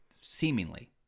seemingly